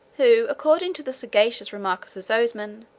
who, according to the sagacious remark sozomen,